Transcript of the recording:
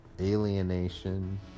alienation